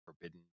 forbidden